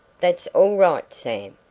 that's all right, sam.